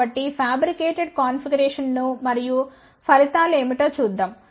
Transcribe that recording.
కాబట్టి fabricated configuration ను మరియు ఫలితాలు ఏమిటో చూద్దాం